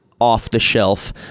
off-the-shelf